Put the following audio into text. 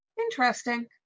Interesting